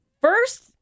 first